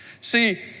See